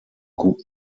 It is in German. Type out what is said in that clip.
guten